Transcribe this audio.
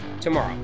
tomorrow